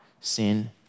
sin